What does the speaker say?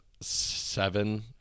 Seven